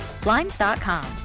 Blinds.com